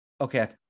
Okay